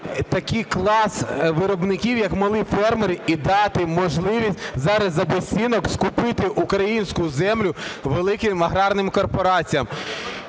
такий клас виробників, як малі фермери, і дати можливість зараз за безцінок скупити українську землю великим аграрним корпораціям.